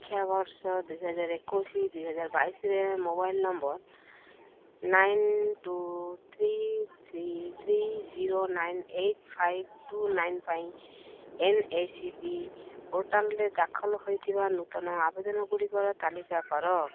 ଶିକ୍ଷାବର୍ଷ ଦୁଇ ହଜାର ଏକୋଇଶ ଦୁଇ ହଜାର ବାଇଶରେ mobile number nine two three three three zero nine eight five two nine ପାଇଁ ଏନ୍ ଏସ୍ ପି ପୋର୍ଟାଲ୍ରେ ଦାଖଲ ହେଇଥିବା ନୂତନ ଆବେଦନ ଗୁଡ଼ିକର ତାଲିକା କର